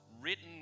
written